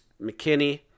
McKinney